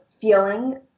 feeling